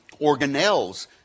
organelles